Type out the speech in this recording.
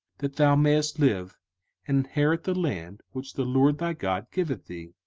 that thou mayest live, and inherit the land which the lord thy god giveth thee.